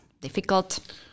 difficult